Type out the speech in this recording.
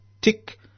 Tick